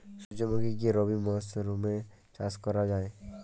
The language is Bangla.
সুর্যমুখী কি রবি মরশুমে চাষ করা যায়?